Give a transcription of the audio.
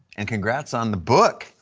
and congrats on the book.